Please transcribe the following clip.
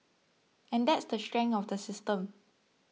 and that's the strength of the system